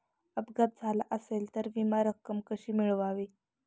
अपघात झाला असेल तर विमा रक्कम कशी मिळवावी?